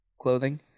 clothing